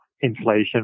inflation